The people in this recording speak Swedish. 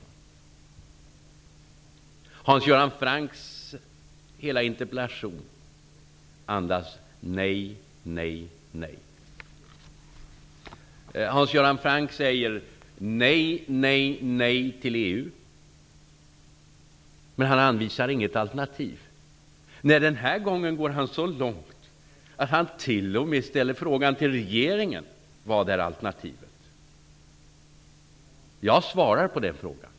Hela Hans Göran Francks interpellation andas nej. Hans Göran Franck säger nej till EU, men han anvisar inget alternativ. Den här gången går han så långt att han t.o.m. frågar regeringen vad alternativet är. Jag svarar på den frågan.